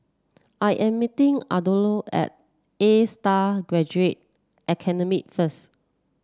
I am meeting Arnoldo at Astar Graduate Academy first